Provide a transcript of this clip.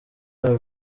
ako